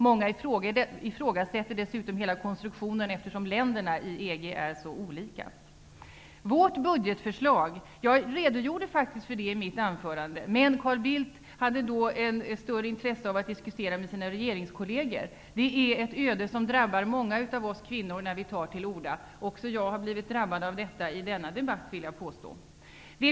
Många ifrågasätter dessutom hela konstruktionen, eftersom länderna i EG är så olika. Jag redogjorde faktiskt för vårt budgetförslag i mitt anförande. Men Carl Bildt hade då ett större intresse av att diskutera med sina regeringskolleger. Det är ett öde som drabbar många av oss kvinnor när vi tar till orda. Jag vill påstå att även jag har blivit drabbad av detta i denna debatt.